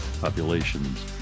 populations